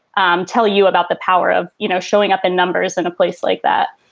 um tell you about the power of, you know, showing up in numbers in a place like that?